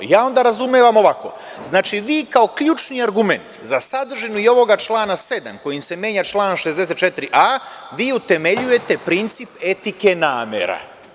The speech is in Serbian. Ja onda razumem ovako – znači, vi kao ključni argument za sadržinu i ovog člana 7. kojim se menja član 64a, vi utemeljujete princip etike namera.